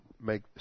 make